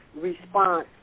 response